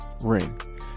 ring